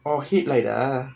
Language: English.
oh headlight ah